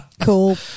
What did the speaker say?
cool